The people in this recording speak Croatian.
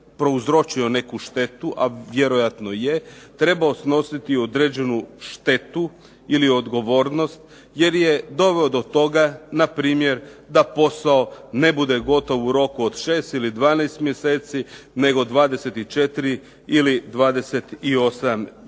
prouzročio neku štetu a vjerojatno je trebao snositi određenu štetu ili odgovornost jer je doveo do toga na primjer da posao ne bude gotov u roku od 6 ili 12 mjeseci nego 24 ili 28 mjeseci.